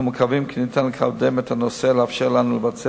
אנחנו מקווים כי ניתן לקדם את הנושא ולאפשר לנו לבצע